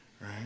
right